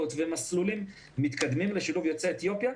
ומסלולים מתקדמים לשילוב יוצאי אתיופיה.